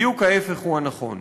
בדיוק ההפך הוא הנכון.